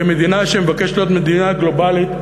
כמדינה שמבקשת להיות מדינה גלובלית,